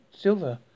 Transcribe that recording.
silver